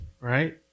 right